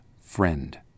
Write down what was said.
friend